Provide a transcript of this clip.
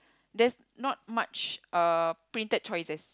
there's not much uh printed choices